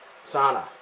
sauna